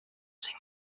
using